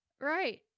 Right